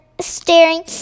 staring